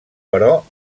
però